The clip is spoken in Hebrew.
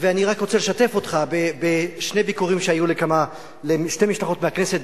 אני רק רוצה לשתף אותך בשני ביקורים שהיו לשתי משלחות מהכנסת,